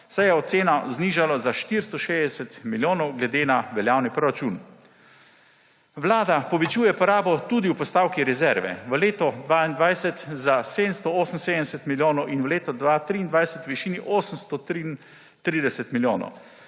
saj je oceno znižalo za 460 milijonov glede na veljavni proračun. Vlada povečuje porabo tudi v postavki rezerve, v letu 2022 za 778 milijonov in v letu 2023 v višini 833 milijonov.